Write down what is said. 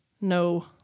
no